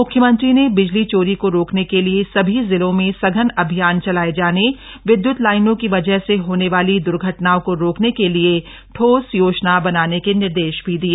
मुख्यमंत्री ने बिजली चोरी को रोकने के लिए सभी जिलों में सघन अभियान चलाये जाने विद्यूत लाइनों की वजह से होने वाली द्र्घटनाओं को रोकने के लिए ठोस योजना बनाने के निर्देश भी दिये